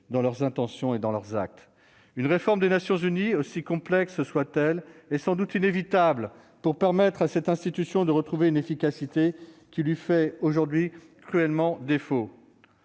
dans leurs intentions ni dans leurs actes. Une réforme des Nations unies, si complexe soit-elle, est sans doute inévitable pour permettre à cette institution de retrouver l'efficacité qui lui fait aujourd'hui cruellement défaut.